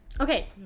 Okay